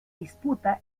disputa